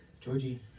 Georgie